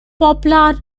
poplar